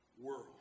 world